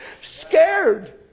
scared